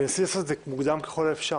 וניסיתי לעשות את זה מוקדם ככל האפשר.